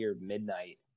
midnight